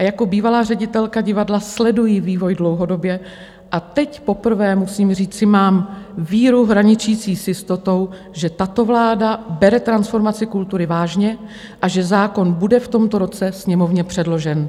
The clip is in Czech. Jako bývalá ředitelka divadla sleduji vývoj dlouhodobě a teď poprvé, musím říci, mám víru hraničící s jistotou, že tato vláda bere transformaci kultury vážně a že zákon bude v tomto roce Sněmovně předložen.